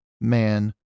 man